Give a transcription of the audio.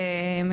יצירתית,